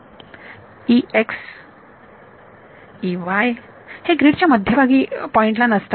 विद्यार्थी हे ग्रीड च्या मध्यभागी पॉइंटला नसतात